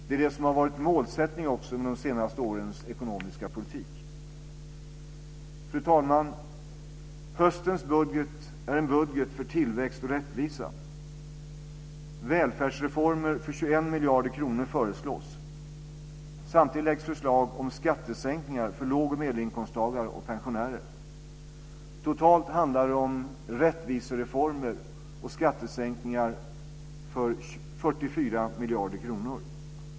Det är det som har varit målsättningen med de senaste årens ekonomiska politik. Fru talman! Höstens budget är en budget för tillväxt och rättvisa. Välfärdsreformer för 21 miljarder kronor föreslås. Samtidigt läggs förslag om skattesänkningar för låg och medelinkomsttagare och pensionärer. Totalt handlar det om rättvisereformer och skattesänkningar för 44 miljarder kronor.